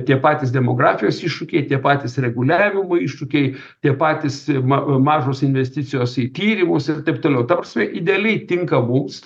tie patys demografijos iššūkiai tie patys reguliavimo iššūkiai tie patys ma mažos investicijos į tyrimus ir taip toliau ta prasme idealiai tinka mums